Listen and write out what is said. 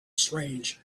strange